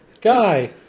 Guy